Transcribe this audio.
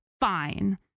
fine